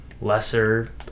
lesser